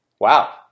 Wow